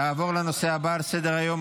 נעבור לנושא הבא על סדר-היום,